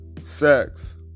sex